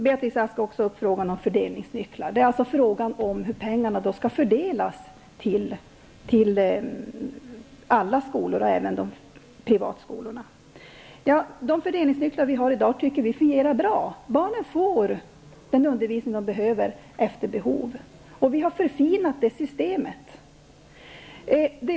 Beatrice Ask tog också upp frågan om fördelningsnycklar, alltså frågan om hur pengarna skall fördelas till alla skolor, även privatskolorna. De fördelningsnycklar som vi har i dag tycker vi fungerar bra -- barnen får den undervisning de behöver efter behov. Vi har förfinat det systemet.